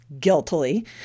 guiltily